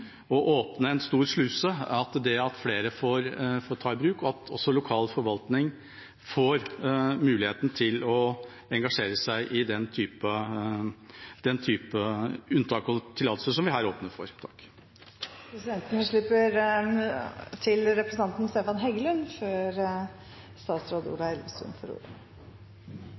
å åpne en stor sluse at flere får ta vannene i bruk og at lokal forvaltning får muligheten til å engasjere seg i den typen unntak og tillatelser som vi her åpner for. Jeg har lyst til